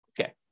Okay